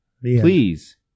Please